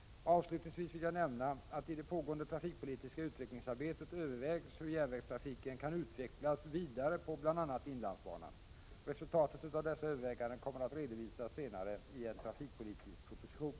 Avslutningsvis vill jag nämna att i det pågående trafikpolitiska utvecklingsarbetet övervägs hur järnvägstrafiken kan utvecklas vidare på bl.a. inlandsbanan. Resultatet av dessa överväganden kommer att redovisas senare i en trafikpolitisk proposition.